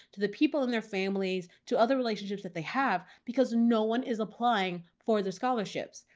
to the people in their families to other relationships that they have because no one is applying for the scholarships.